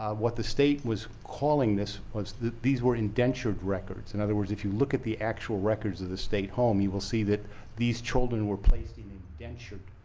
what the state was calling this was that these were indentured records. in other words, if you look at the actual records of the state home you will see that these children were placed in indentured.